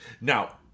Now